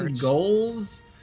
goals